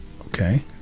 Okay